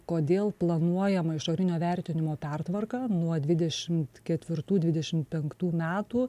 kodėl planuojama išorinio vertinimo pertvarka nuo dvidešimt ketvirtų dvidešimt penktų metų